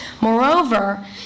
Moreover